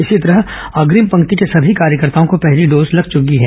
इसी तरह अग्रिम पंक्ति को सभी कार्यकर्ताओं को पहली डोज लग चुकी है